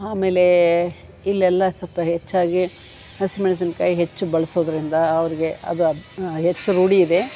ಆಮೇಲೆ ಇಲ್ಲೆಲ್ಲ ಸೊಲ್ಪ ಹೆಚ್ಚಾಗಿ ಹಸಿಮೆಣ್ಸಿನ್ಕಾಯ್ ಹೆಚ್ಚು ಬಳಸೋದ್ರಿಂದ ಅವ್ರಿಗೆ ಅದು ಅಬ್ ಹೆಚ್ಚು ರೂಢಿ ಇದೆ